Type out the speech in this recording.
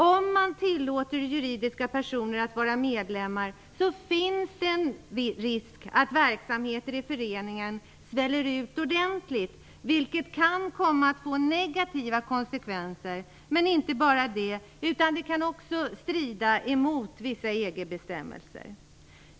Om man tillåter juridiska personer att vara medlemmar, finns det en risk för att verksamheten i föreningen sväller ut ordentligt, vilket kan få negativa konsekvenser. Men det handlar inte bara om det. Det kan också strida mot vissa EG-bestämmelser.